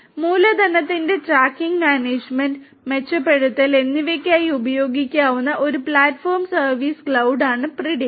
മൂലധനത്തിന്റെ tracking management മെച്ചപ്പെടുത്തൽ എന്നിവയ്ക്കായി ഉപയോഗിക്കാവുന്ന ഒരു പ്ലാറ്റ്ഫോം സർവീസ് ക്ലൌഡാണ് പ്രിഡിക്സ്